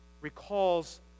recalls